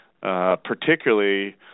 particularly